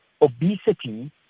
obesity